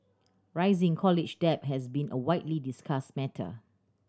rising college debt has been a widely discussed matter